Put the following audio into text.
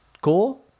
cool